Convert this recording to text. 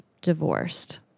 divorced